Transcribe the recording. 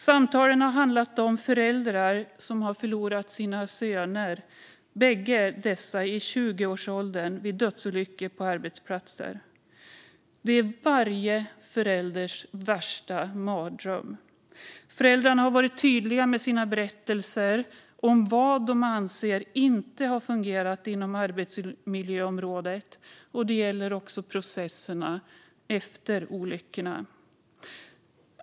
Samtalen har handlat om föräldrar som har förlorat sina söner, bägge dessa i tjugoårsåldern, genom dödsolyckor på arbetsplatsen. Det är varje förälders värsta mardröm. Föräldrarna har varit tydliga med sina berättelser om vad de anser inte har fungerat inom arbetsmiljöområdet, och det gäller också processerna efter olyckorna.